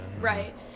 Right